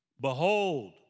Behold